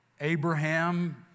Abraham